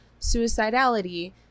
suicidality